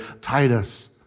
Titus